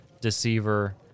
Deceiver